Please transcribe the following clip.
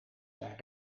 zijn